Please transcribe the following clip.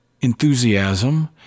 enthusiasm